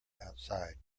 outside